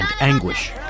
anguish